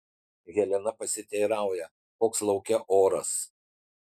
helena pasiteirauja koks lauke oras